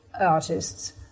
artists